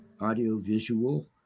audio-visual